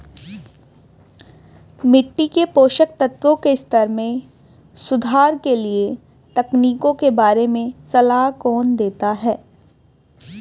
मिट्टी के पोषक तत्वों के स्तर में सुधार के लिए तकनीकों के बारे में सलाह कौन देता है?